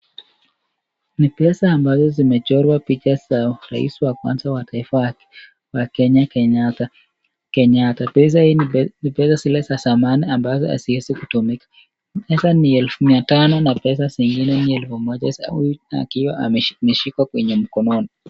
Ni pesa ambazo zimechorwa picha za rais wa kwanza wa taifa ya Kenya, Kenyatta. Pesa hii ni zile za zamani ambazo haziezi tumika. Pesa ni elfu mia tano na pesa zingine ni elfu moja na kioo ameshika kwenye mkononi.